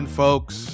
folks